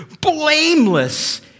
blameless